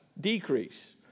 decrease